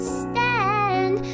stand